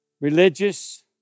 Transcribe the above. religious